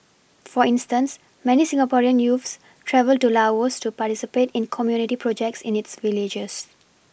for instance many Singaporean youths travel to Laos to participate in community projects in its villages